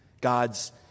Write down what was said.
God's